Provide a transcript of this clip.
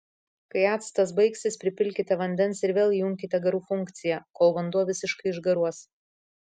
kai actas baigsis pripilkite vandens ir vėl įjunkite garų funkciją kol vanduo visiškai išgaruos